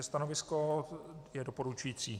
Stanovisko je doporučující.